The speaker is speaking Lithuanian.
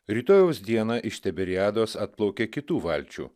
rytojaus dieną iš tiberiados atplaukė kitų valčių